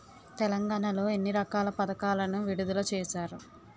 తెలంగాణ లో ఎన్ని రకాల పథకాలను విడుదల చేశారు? వాటిని పొందడం ఎలా?